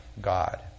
God